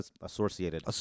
Associated